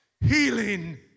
healing